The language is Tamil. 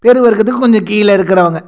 பெரு வர்க்கத்துக்கு கொஞ்சம் கீழே இருக்கறவங்க